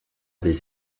des